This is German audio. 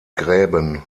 gräben